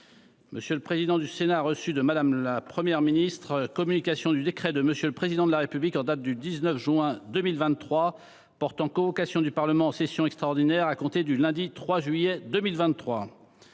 Monsieur le président du Sénat a reçu de Mme la Première ministre communication du décret de M. le Président de la République en date du 19 juin 2023 portant convocation du Parlement en session extraordinaire à compter du lundi 3 juillet 2023.